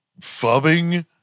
fubbing